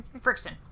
friction